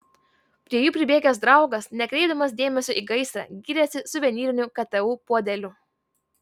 prie jų pribėgęs draugas nekreipdamas dėmesio į gaisrą gyrėsi suvenyriniu ktu puodeliu